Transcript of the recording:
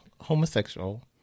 homosexual